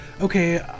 okay